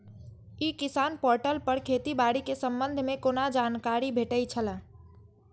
ई किसान पोर्टल पर खेती बाड़ी के संबंध में कोना जानकारी भेटय छल?